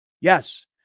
Yes